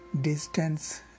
distance